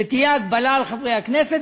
שתהיה הגבלה על חברי הכנסת,